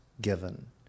given